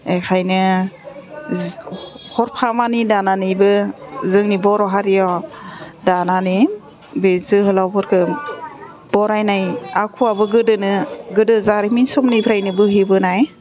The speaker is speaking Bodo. बेखायनो हरफामानि दानानैबो जोंनि बर' हारियाव दानानै बे जोहोलावफोरखौ बरायनाय आखुवाबो गोदोनो गोदो जारिमिन समनिफ्रायनो बोहैबोनाय